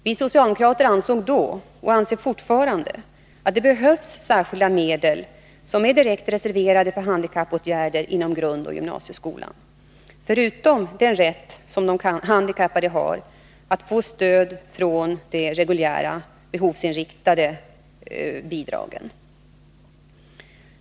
Vi socialdemokrater ansåg då, och anser fortfarande, att det behövs särskilda medel som är direkt reserverade för handikappåtgärder inom grundoch gymnasieskolan förutom den rätt som de handikappade har att få stöd från de reguljära, behovsinriktade bidragen.